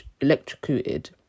electrocuted